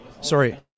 Sorry